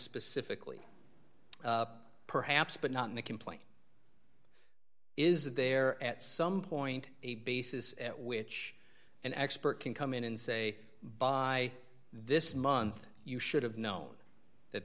specifically perhaps but not in the complaint is there at some point a basis at which an expert can come in and say by this month you should have known that